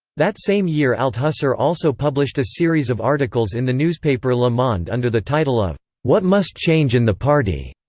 that same year althusser also published a series of articles in the newspaper le monde under the title of what must change in the party.